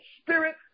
spirit